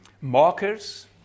markers